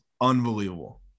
unbelievable